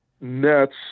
nets